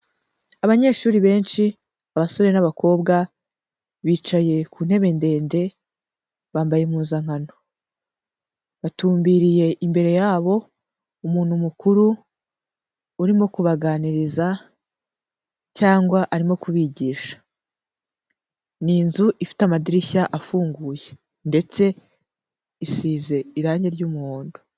Abanyeshuri benshi, abasore n'abakobwa, bicaye ku ntebe ndende, bambaye impuzankano. Batumbiriye imbere yabo, umuntu mukuru, urimo kubaganiriza, cyangwa arimo kubigisha. Ni inzu ifite amadirishya afunguye, ndetse isize irangi ry'umuhondo,